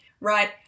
right